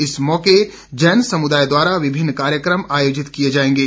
इस मौके जैन समुदाय द्वारा विभिन्न काय्रकम आयोजित किए जाएंगे